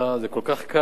זה כל כך קל.